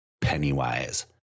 Pennywise